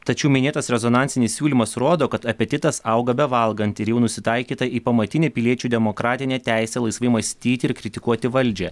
tačiau minėtas rezonansinis siūlymas rodo kad apetitas auga bevalgant ir jau nusitaikyta į pamatinę piliečių demokratinę teisę laisvai mąstyti ir kritikuoti valdžią